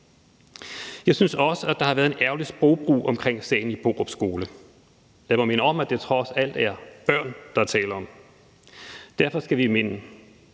Jeg synes også, at der har været en ærgerlig sprogbrug i sagen om Borup Skole. Jeg må minde om, at det trods alt er børn, der er tale om. Derfor skal vi minde